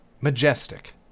Majestic